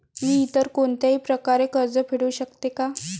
मी इतर कोणत्याही प्रकारे कर्ज फेडू शकते का?